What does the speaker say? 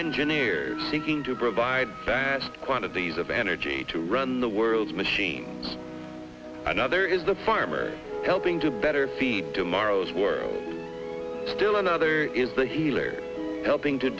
engineers seeking to provide vast quantities of energy to run the world's machines another is a farmer helping to better feed tomorrow's world still another is the healer helping to